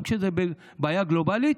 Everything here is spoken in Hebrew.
גם כשזו בעיה גלובלית,